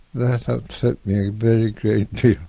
that upset me a very great deal.